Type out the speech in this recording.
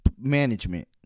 Management